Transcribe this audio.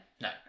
No